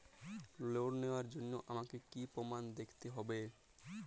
Loan নেওয়ার জন্য আমাকে কী কী প্রমাণ দেখতে হবে?